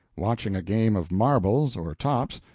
watching a game of marbles or tops,